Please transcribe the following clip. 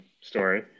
story